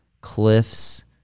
cliffs